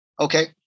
Okay